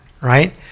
right